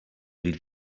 read